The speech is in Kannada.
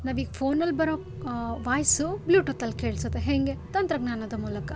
ನಾವೀಗ ಫೋನಲ್ಲಿ ಬರೋ ವಾಯ್ಸು ಬ್ಲೂಟೂತಲ್ಲಿ ಕೇಳಿಸುತ್ತೆ ಹೇಗೆ ತಂತ್ರಜ್ಞಾನದ ಮೂಲಕ